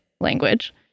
language